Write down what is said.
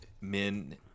men